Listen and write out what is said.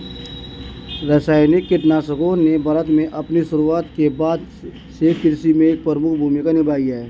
रासायनिक कीटनाशकों ने भारत में अपनी शुरुआत के बाद से कृषि में एक प्रमुख भूमिका निभाई है